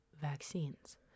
vaccines